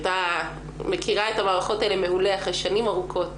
את מכירה את המערכות האלה מעולה אחרי שנים ארוכות